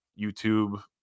YouTube